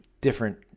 different